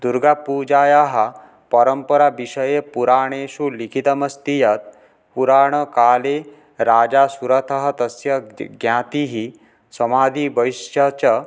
दुर्गापूजायाः परम्पराविषये पुराणेषु लिखितमस्ति यत् पुराणकाले राजा सुरतः तस्य ज्ञातिः समाधिवैश्य च